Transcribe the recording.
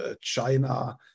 china